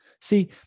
See